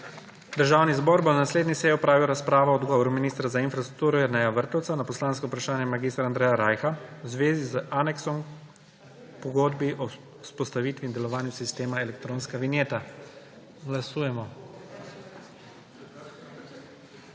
Državni zbor bo na naslednji seji opravil razpravo o odgovoru ministra za infrastrukturo Jerneja Vrtovca na poslansko vprašanje mag. Andreja Rajha v zvezi z aneksom k pogodbi o vzpostavitvi in delovanju sistema elektronska vinjeta. Glasujemo.